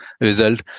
result